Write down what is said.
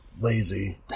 lazy